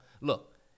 look